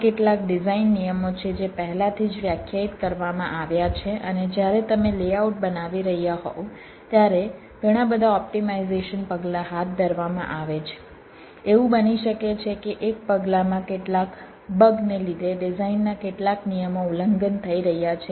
આ કેટલાક ડિઝાઇન નિયમો છે જે પહેલાથી જ વ્યાખ્યાયિત કરવામાં આવ્યા છે અને જ્યારે તમે લેઆઉટ બનાવી રહ્યા હોવ ત્યારે ઘણા બધા ઓપ્ટિમાઇઝેશન પગલાં હાથ ધરવામાં આવે છે એવું બની શકે છે કે એક પગલાંમાં કેટલાક બગ ને લીધે ડિઝાઇનના કેટલાક નિયમો ઉલ્લંઘન થઈ રહ્યા છે